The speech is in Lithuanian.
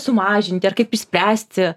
sumažinti ar kaip išspręsti